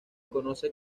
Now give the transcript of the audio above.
conoce